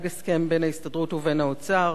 אתמול הושג הסכם בין ההסתדרות לבין האוצר.